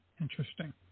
Interesting